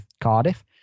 Cardiff